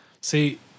See